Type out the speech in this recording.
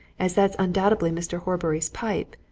as that's undoubtedly mr. horbury's pipe,